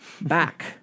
Back